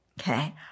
Okay